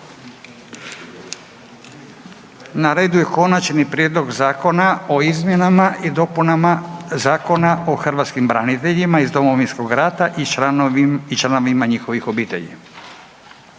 Na redu je: - Konačni prijedlog zakona o izmjenama i dopunama Zakona o hrvatskim braniteljima iz Domovinskog rata i članovima njihovih obitelji,